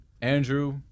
Andrew